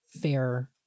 fair